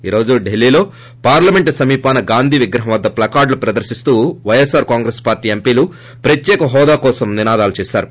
ఈ రోజు ఢిల్లీలో పార్లమెంట్ సమీపాన గాంధీ విగ్రహం వద్ద ప్లకార్డులు ప్రదర్తిస్తూ వైఎస్సార్ కాంగ్రెస్ పార్టీ ఎంపీలు ప్రత్యేక హోదా కోసం నినాదాలు చేశారు